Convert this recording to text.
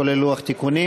כולל לוח תיקונים.